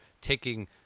taking